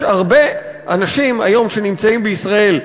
יש הרבה אנשים היום שנמצאים בישראל,